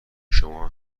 شما